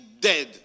dead